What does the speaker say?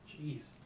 Jeez